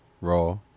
raw